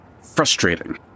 Frustrating